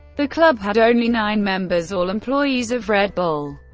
the club had only nine members, all employees of red bull.